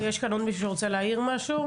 יש כאן עוד מישהו שרוצה להעיר משהו?